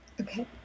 Okay